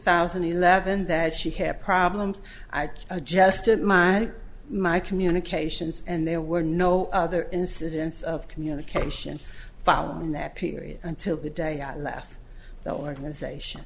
thousand and eleven that she had problems i had adjusted my my communications and there were no other incidents of communication found in that period until the day i left the organization